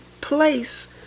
place